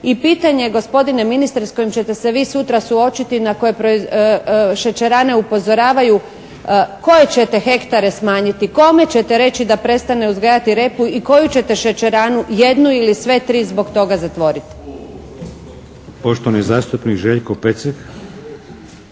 I pitanje gospodine ministre s kojim ćete se vi sutra suočiti na koji šećerane upozoravaju koje ćete hektare smanjiti, kome ćete reći da prestane uzgajati repu i koju ćete šećeranu, jednu ili sve tri zbog toga zatvoriti? **Šeks, Vladimir